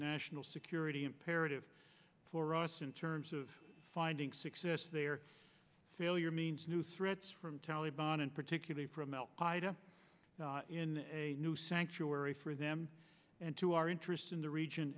national security imperative for us in terms of finding success their failure means new threats from taliban and particularly from al qaida in a new sanctuary for them and to our interests in the region